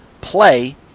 play